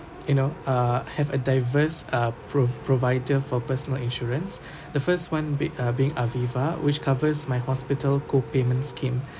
you know uh have a diverse uh prov~ provider for personal insurance the first one be uh being Aviva which covers my hospital co-payment scheme